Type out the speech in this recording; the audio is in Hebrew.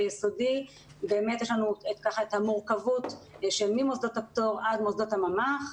ביסודי יש לנו את המורכבות של ממוסדות הפטור עד מוסדות הממ"ח,